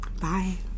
bye